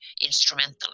instrumental